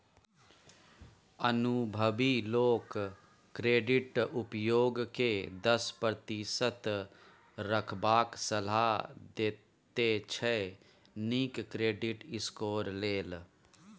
अनुभबी लोक क्रेडिट उपयोग केँ दस प्रतिशत रखबाक सलाह देते छै नीक क्रेडिट स्कोर लेल